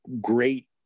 great